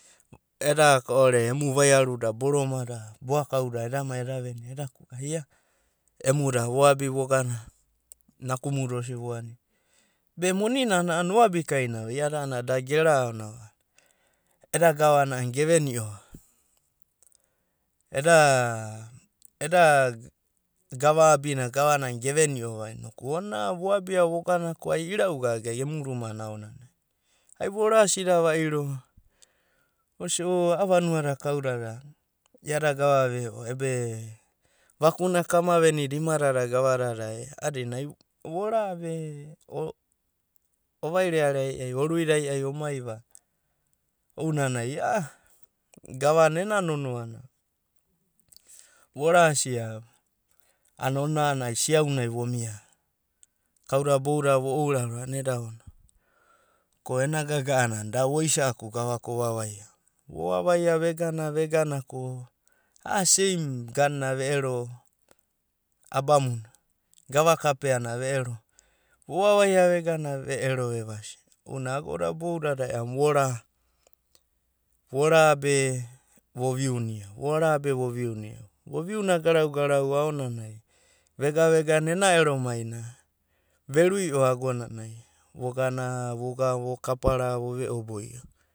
Eda ko'ore emu vaiaruda, boromada, boakauda eda mai eda veni'o edasia ia emuda voabi vogana nakumuda osidi vuani. Be moninana a'anana oabikaina va iada a'ana da gera va eda gavana a'ana geveni'o ro'ava, eda eda gava abina gavanana geveni'o ona a'anai voabia vogana ko ai ira'u gaga emu rumana aonanai. Ai vorasida va'iro vosia o a'a vanuada kaudada iada gava ve'o, vakuna ka ama venda imadada gavadada a'adina. Vora be ai oruida aiai omai va be ounanai a'a gavana ena nonoa na vorasia ana ona ai siaunai vomia kauda bouda vo'ouraro ko ena gaga'ana da oisa'aku gavaka ovavaia va. Vovavaia vegana vegana a'a seim ganuna ve'ero abamuna, vovavaia vegana ko ve'ero vemai abamuna ounanai agoda boudadai vora be voviuna. Voviuna garau garau aonanai vega vegana ena ero mainai verui'o agonanai vogana voga vokapara vo ve'oboio.